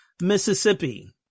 Mississippi